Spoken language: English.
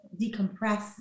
decompress